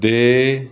ਦੇ